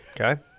Okay